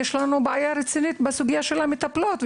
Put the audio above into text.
יש לנו בעיה רצינית בסוגייה של המטפלות,